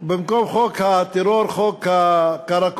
במקום חוק הטרור, חוק קראקוש.